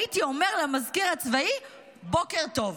הייתי אומר למזכיר הצבאי בוקר טוב.